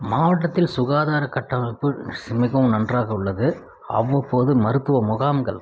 மாவட்டத்தில் சுகாதார கட்டமைப்பு மிகவும் நன்றாக உள்ளது அவ்வப்போது மருத்துவ முகாம்கள்